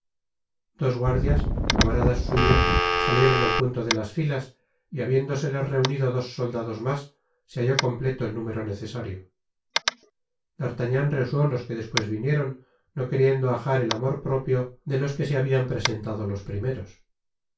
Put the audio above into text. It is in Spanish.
dos guardias camaradas suyos salieron al punto de las filas y habiéndoseles reunido dos soldados mas se halló completo el número necesario d'artagnan rehusó los que despues vinieron no queriendo ajar el amor propio de los que se habian presentado los primeros